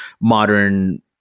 modern